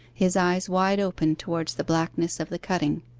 his eyes wide open towards the blackness of the cutting.